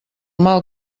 mal